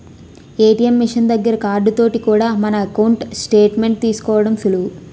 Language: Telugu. ఏ.టి.ఎం మిషన్ దగ్గర కార్డు తోటి కూడా మన ఎకౌంటు స్టేట్ మెంట్ తీసుకోవడం సులువు